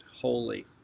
holy